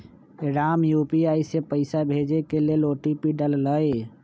Ram UPI से पइसा भेजे के लेल ओ.टी.पी डाललई